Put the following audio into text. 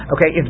Okay